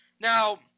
Now